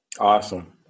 Awesome